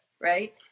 right